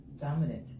dominant